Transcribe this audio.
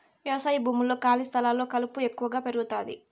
వ్యవసాయ భూముల్లో, ఖాళీ స్థలాల్లో కలుపు ఎక్కువగా పెరుగుతాది